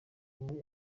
muri